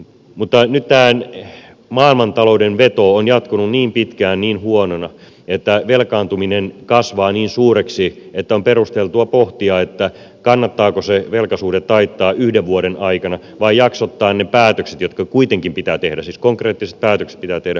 mutta nyt tämä maailmantalouden veto on jatkunut niin pitkään niin huonona että velkaantuminen kasvaa niin suureksi että on perusteltua pohtia kannattaako se velkasuhde taittaa yhden vuoden aikana vai jaksottaa ne päätökset jotka kuitenkin pitää tehdä siis konkreettiset päätökset pitää tehdä useammalle vuodelle